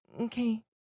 okay